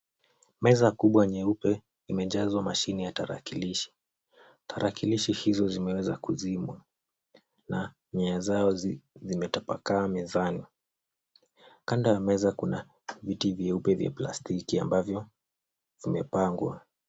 Meza kubwa nyeupe imejazwa mashini ya tarakilishi. Tarakilishi hizo zimeweza kuzimwa na nyayo zao zimetapakaa mezani. Kando ya meza kuna viti vyeupe vya plastiki ambavyo vimepangwa.